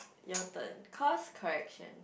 your turn course correction